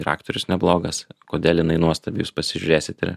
ir aktorius neblogas kodėl jinai nuostabi jūs pasižiūrėsite